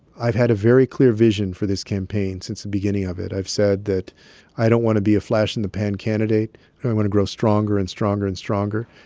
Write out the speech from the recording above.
i've had a very clear vision for this campaign since the beginning of it. i've said that i don't want to be a flash-in-the-pan candidate. and i want to grow stronger and stronger and stronger.